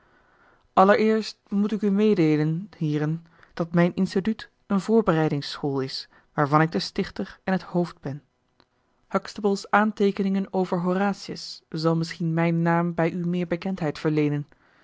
allereerst moet ik u meedeelen heeren dat mijn instituut een voorbereidingsschool is waarvan ik de stichter en het hoofd ben huxtable's aanteekeningen over horatius zal misschien mijn naam bij u meer bekendheid verleenen